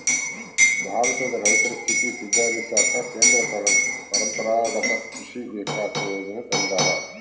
ಭಾರತದ ರೈತರ ಸ್ಥಿತಿ ಸುಧಾರಿಸಾಕ ಕೇಂದ್ರ ಪರಂಪರಾಗತ್ ಕೃಷಿ ವಿಕಾಸ ಯೋಜನೆ ತಂದಾರ